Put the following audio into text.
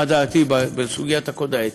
מה דעתי בסוגיית הקוד האתי.